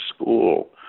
school